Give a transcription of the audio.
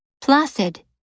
Placid